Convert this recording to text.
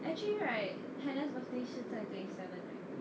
actually right hannah's birthday 是在 twenty seven right